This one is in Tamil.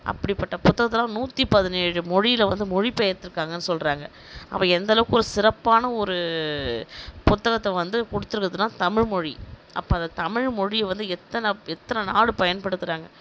அப்படிப்பட்ட புத்தகத்தெலாம் நூற்றி பதினேழு மொழியில் வந்து மொழி பெயர்த்திருக்காங்கனு சொல்கிறாங்க அப்போ எந்த அளவுக்கு ஒரு சிறப்பான ஒரு புத்தகத்தை வந்து கொடுத்து இருக்கிறதுலாம் தமிழ்மொழி அப்போ அந்த தமிழ்மொழியை வந்து எத்தனை எத்தனை நாடு பயன்படுத்தறாங்க